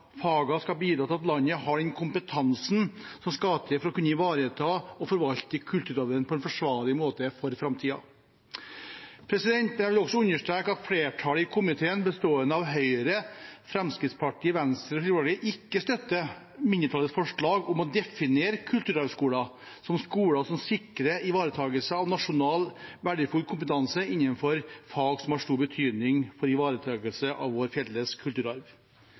Fagene skal bidra til at landet har den kompetansen som skal til for å kunne ivareta og forvalte kulturarven på en forsvarlig måte for framtiden. Jeg vil også understreke at flertallet i komiteen, bestående av Høyre, Fremskrittspartiet, Venstre og Kristelig Folkeparti, ikke støtter mindretallets forslag om å definere kulturarvskoler som skoler som sikrer ivaretakelse av nasjonal verdifull kompetanse innenfor fag som har stor betydning for ivaretakelse av vår felles kulturarv.